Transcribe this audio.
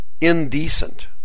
indecent